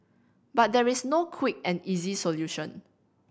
but there is no quick and easy solution